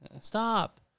stop